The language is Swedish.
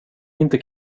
inte